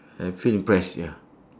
I feel impress ya